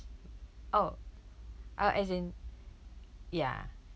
oh uh as in ya